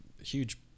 huge